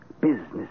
Business